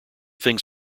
things